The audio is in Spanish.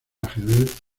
ajedrez